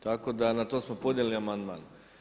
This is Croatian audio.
Tako da na to smo podnijeli amandman.